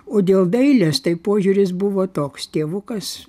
o dėl dailės tai požiūris buvo toks tėvukas